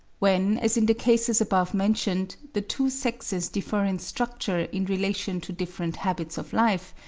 when, as in the cases above mentioned, the two sexes differ in structure in relation to different habits of life,